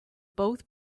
both